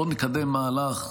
בוא נקדם מהלך,